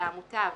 למוטב,